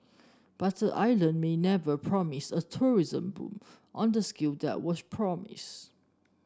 but the island may never promise a tourism boom on the scale that was promised